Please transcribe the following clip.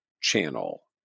channel